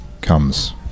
comes